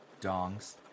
Dongs